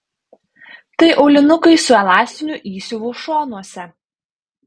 tai aulinukai su elastiniu įsiuvu šonuose